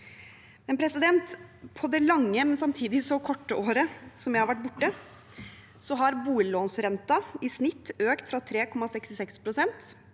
viktig. På det lange, men samtidig så korte, året jeg har vært borte, har boliglånsrenten i snitt økt fra 3,66 pst.